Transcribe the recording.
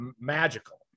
magical